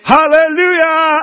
Hallelujah